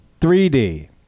3D